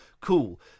cool